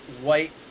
white